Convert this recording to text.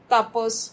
Tapos